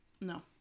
No